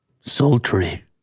sultry